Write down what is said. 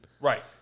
Right